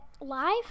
live